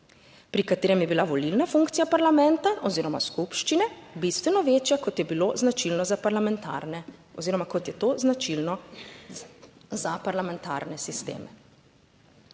pri katerem je bila volilna funkcija parlamenta oziroma skupščine bistveno večja kot je bilo značilno za parlamentarne oziroma kot je to značilno za parlamentarne sisteme.